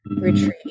retreat